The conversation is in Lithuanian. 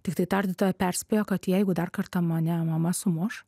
tiktai tardytoja perspėjo kad jeigu dar kartą mane mama sumuš